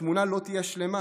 התמונה לא תהיה שלמה.